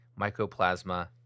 mycoplasma